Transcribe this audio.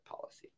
policy